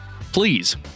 Please